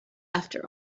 after